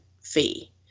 fee